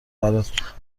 برات